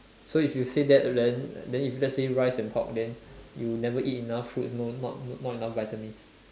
so if you say that then then if let's say rice and pork then you never eat enough fruits no not not not enough vitamins